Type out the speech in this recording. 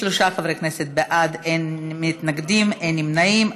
23 חברי כנסת בעד, אין מתנגדים, אין נמנעים.